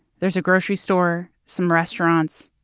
there's a grocery store, some restaurants,